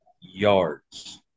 yards